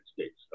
States